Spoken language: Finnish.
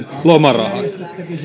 lomarahat